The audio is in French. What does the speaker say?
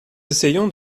essayons